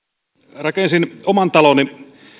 rakensin oman taloni